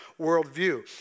worldview